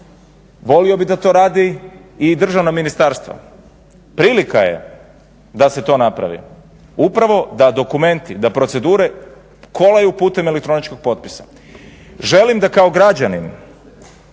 Volio bih da to radi i državna ministarstva. Prilika je da se to napravi, upravo da dokumenti, da procedure kolaju putem elektroničkog potpisa. Želim da kao građanin